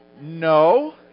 No